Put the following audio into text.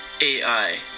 AI